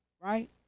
right